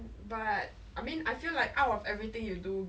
I also think like like joining the